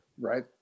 right